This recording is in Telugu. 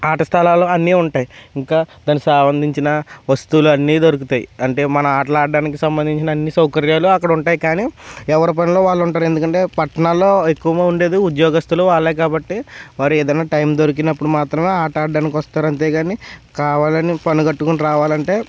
ఆట స్థలాల్లో అన్ని ఉంటాయి ఇంకా దానికి సంబంధించిన వస్తువులు అన్నీ దొరుకుతాయి అంటే మన ఆట్లాడడానికి సంబంధించిన అన్ని సౌకర్యాలు అక్కడ ఉంటాయి కానీ ఎవరి పనిలో వాళ్ళు ఉంటారు ఎందుకంటే పట్టణాల్లో ఎక్కువగా ఉండేది ఉద్యోగస్తులు వాళ్ళే కాబట్టి వారి ఏదైనా టైం దొరికినప్పుడు మాత్రమే ఆట్లాడడానికి వస్తారు అంతే కానీ కావాలని పని కట్టుకుని రావాలంటే